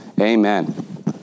Amen